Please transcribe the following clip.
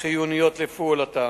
החיוניות לפעולתם.